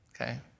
Okay